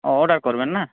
ও order করবেন না